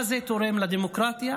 מה זה תורם לדמוקרטיה?